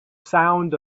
sound